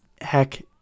heck